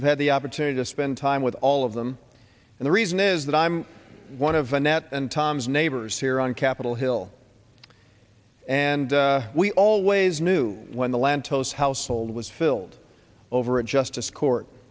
have had the opportunity to spend time with all of them and the reason is that i'm one of annette and tom's neighbors here on capitol hill and we always knew when the lantos household was filled over a justice court